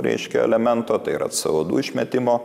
reiškia elemento tai yra co du išmetimo